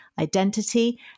identity